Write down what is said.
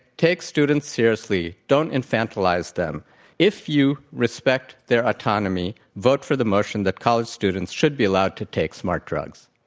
take students seriously. don't infantilize them. and if you respect their autonomy, vote for the motion that college students should be allowed to take smart drugs.